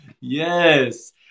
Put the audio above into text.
yes